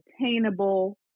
attainable